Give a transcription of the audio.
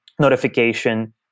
notification